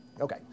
Okay